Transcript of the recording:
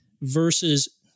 versus